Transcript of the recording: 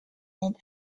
land